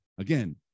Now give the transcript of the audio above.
Again